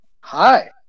Hi